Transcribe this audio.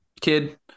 kid